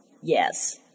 Yes